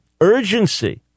urgency